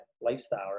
lifestyle